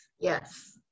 yes